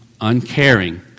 uncaring